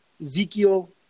Ezekiel